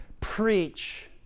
Preach